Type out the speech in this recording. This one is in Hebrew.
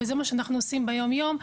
וזה מה שאנחנו עושים ביום-יום.